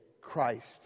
Christ